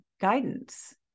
guidance